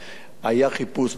היה חיפוש בבית,